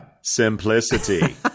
simplicity